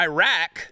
Iraq